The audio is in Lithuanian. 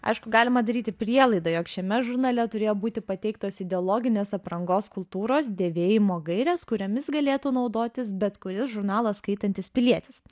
aišku galima daryti prielaidą jog šiame žurnale turėjo būti pateiktos ideologinės aprangos kultūros dėvėjimo gairės kuriomis galėtų naudotis bet kuris žurnalą skaitantis pilietis